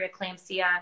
preeclampsia